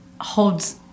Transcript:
holds